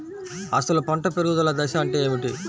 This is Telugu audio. అసలు పంట పెరుగుదల దశ అంటే ఏమిటి?